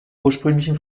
ursprünglichen